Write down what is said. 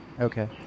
Okay